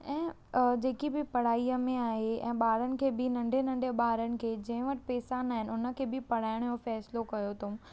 ऐं जेके ॿि पढ़ाईंअ में आहे ॿारनि खे बि नंढे नंढे ॿारनि खे जंहिं वटि पेसा न आहिनि हुन खे ॿि पढ़ायनि जो फैसलो कयो अथऊं